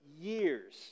years